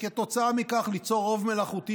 וכתוצאה מכך ליצור רוב מלאכותי,